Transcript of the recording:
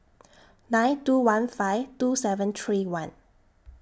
nine two one five two seven three one